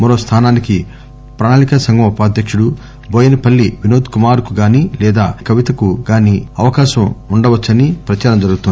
మరో స్థానానికి ప్రణాళికా సంఘం ఉపాధ్యకుడు బోయినపల్లి వినోద్ కుమార్ కు గానీ లేదా నిజామాబాద్ మాజీ ఎంపి కవిత కు గానీ అవకాశం ఉండవచ్చని ప్రచారం జరుగుతోంది